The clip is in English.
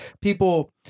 people